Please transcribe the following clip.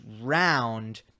round